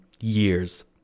years